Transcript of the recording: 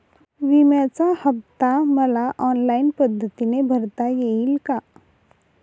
विम्याचा हफ्ता मला ऑनलाईन पद्धतीने भरता येईल का?